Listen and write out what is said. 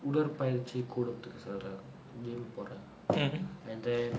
உடற்பயிற்சி கூடத்திற்கு செல்றேன்:udarpayirchi koodathirku selren gym போறே:pore and then